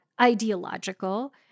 ideological